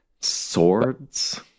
Swords